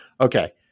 okay